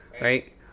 Right